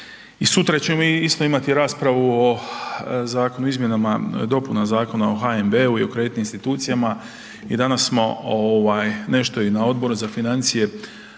o Zakonu o izmjenama, dopuna Zakona o HNB-u i o kreditnim institucijama i danas smo ovaj nešto i na Odboru za financije